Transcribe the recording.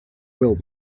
will